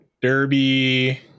derby